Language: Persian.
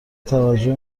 توجه